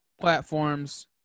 platforms